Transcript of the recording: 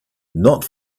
not